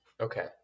Okay